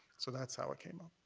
so that's how it came up.